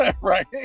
Right